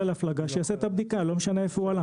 לא משנה איפה הוא עלה,